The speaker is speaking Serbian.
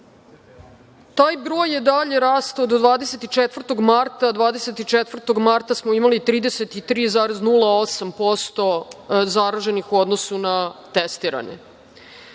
broj je dalje rastao do 24. marta, 24. marta smo imali 33,08% zaraženih u odnosu na testirane.